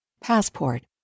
passport